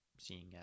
seeing